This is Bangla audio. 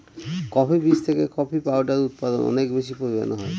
কফি বীজ থেকে কফি পাউডার উৎপাদন অনেক বেশি পরিমানে হয়